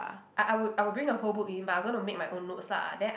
I I would I would bring the whole book in but I gonna make my own notes lah then I